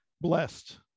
blessed